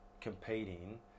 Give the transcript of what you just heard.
competing